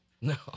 No